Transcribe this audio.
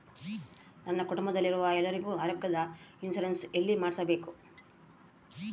ನನ್ನ ಕುಟುಂಬದಲ್ಲಿರುವ ಎಲ್ಲರಿಗೂ ಆರೋಗ್ಯದ ಇನ್ಶೂರೆನ್ಸ್ ಎಲ್ಲಿ ಮಾಡಿಸಬೇಕು?